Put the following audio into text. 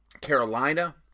Carolina